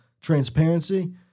transparency